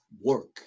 work